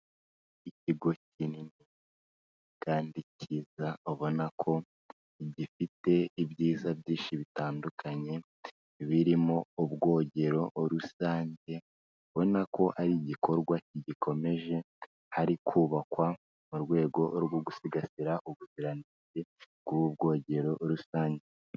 Ikigo kinini kandi kiza ubona ko gifite ibyiza byinshi bitandukanye birimo ubwogero rusange. Ubonako ari igikorwa kigikomeje, kiri kubakwa mu rwego rwo gusigasira ubuziranenge bw'ubwogero rusange.